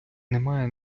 немає